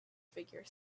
figure